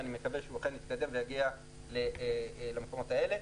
ואני מקווה שהוא יתקדם והוא אכן יגיע למקומות האלה,